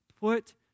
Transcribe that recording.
Put